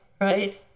Right